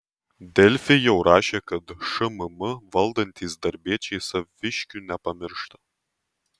delfi jau rašė kad šmm valdantys darbiečiai saviškių nepamiršta